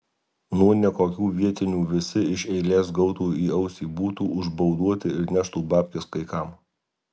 nuo nekokių vietinių visi iš eilės gautų į ausį būtų užbauduoti ir neštų babkes kai kam